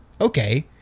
Okay